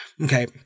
okay –